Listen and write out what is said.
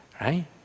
right